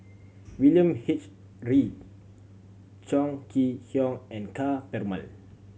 William H Read Chong Kee Hiong and Ka Perumal